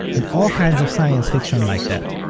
and all kinds of science fiction like that.